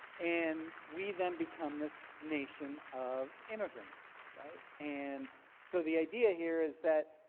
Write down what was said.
and we then become this nation of immigrants, right? and so the idea here is that,